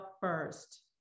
first